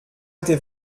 était